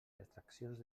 extraccions